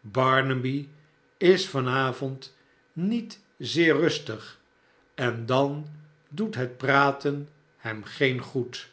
barnaby is van avond niet zeer rustig en dan doet het praten hem geen goed